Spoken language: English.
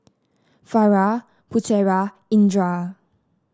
Farah Putera Indra